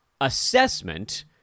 assessment